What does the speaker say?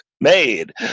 made